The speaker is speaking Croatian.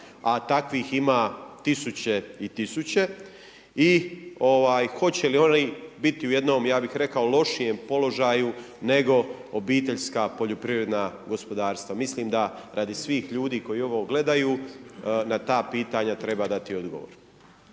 a takvih ima tisuće i tisuće. I hoće li oni biti u jednom ja bih rekao lošijem položaju nego obiteljska poljoprivredna gospodarstva. Mislim da radi svih ljudi koji ovo gledaju na ta pitanja treba dati odgovor.